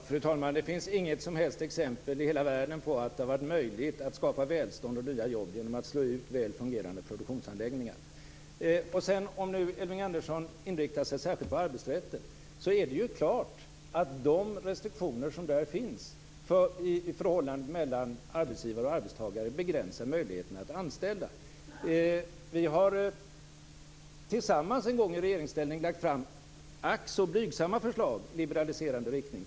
Fru talman! Det finns inget som helst exempel i hela världen på att det har varit möjligt att skapa välstånd och nya jobb genom att slå ut väl fungerande produktionsanläggningar. Elving Andersson inriktar sig nu särskilt på arbetsrätten. Det är klart att de restriktioner som där finns i förhållandet mellan arbetsgivare och arbetstagare begränsar möjligheterna att anställa. Vi har tillsammans en gång i regeringsställning lagt fram ack så blygsamma förslag i liberaliserande riktning.